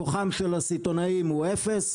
כוחם של הסיטונאים הוא אפס,